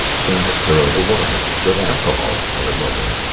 clean the corona wire with alcohol or ammonia.